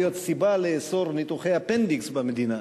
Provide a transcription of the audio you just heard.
להיות סיבה לאסור ניתוחי אפנדיקס במדינה.